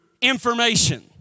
information